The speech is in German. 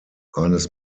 eines